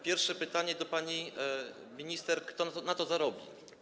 Pierwsze pytanie do pani minister: Kto na to zarobi?